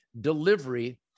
delivery